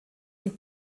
und